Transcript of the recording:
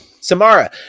samara